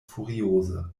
furioze